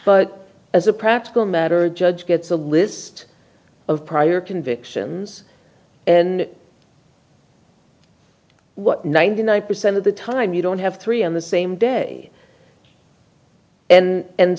but as a practical matter judge gets a list of prior convictions and what ninety nine percent of the time you don't have three on the same day and